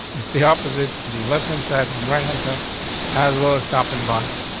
and stay opposite the left inside in the right hand side as well. a stopping bottom.